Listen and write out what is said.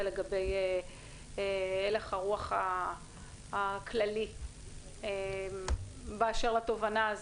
לגבי הלך הרוח הכללי באשר לתובענה.